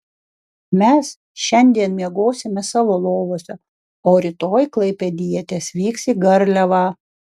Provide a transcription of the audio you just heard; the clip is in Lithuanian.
mes šiandien miegosime savo lovose o rytoj klaipėdietės vyks į garliavą